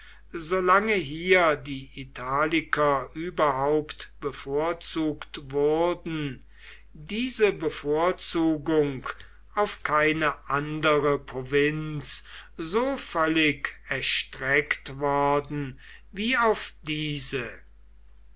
lange hier die italiker überhaupt bevorzugt wurden diese bevorzugung auf keine andere provinz so völlig erstreckt worden wie auf diese